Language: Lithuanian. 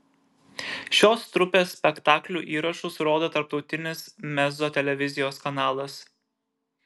šios trupės spektaklių įrašus rodo tarptautinis mezzo televizijos kanalas